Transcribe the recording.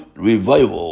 Revival